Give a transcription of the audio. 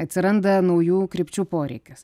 atsiranda naujų krypčių poreikis